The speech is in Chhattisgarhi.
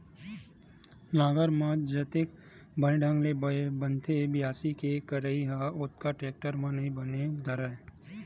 नांगर म जतेक बने ढंग ले बनथे बियासी के करई ह ओतका टेक्टर म नइ बने बर धरय